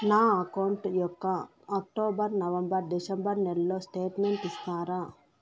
నా అకౌంట్ యొక్క October, November, December నెలల స్టేట్మెంట్ ఇస్తారా?